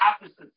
opposite